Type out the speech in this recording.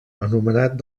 anomenat